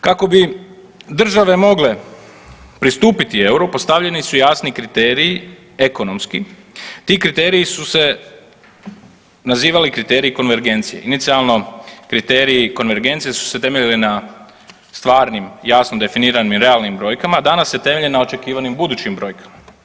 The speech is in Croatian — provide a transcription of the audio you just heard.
Kako bi države mogle pristupiti euru postavljeni su jasni kriteriji ekonomski, ti kriteriji su se nazivali kriteriji konvergencije, inicijalno kriteriji konvergencije su se temeljili na stvarnim jasno definiranim realnim brojkama, danas se temelje na očekivanim budućim brojkama.